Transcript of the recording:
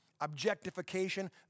objectification